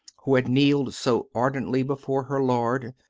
who had kneeled so ardently before her lord,